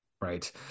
Right